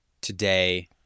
today